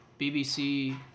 BBC